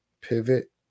pivot